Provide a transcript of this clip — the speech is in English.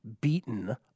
beaten